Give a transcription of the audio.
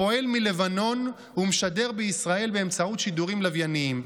הפועל מלבנון ומשדר בישראל באמצעות שידורים לווייניים.